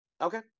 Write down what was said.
Okay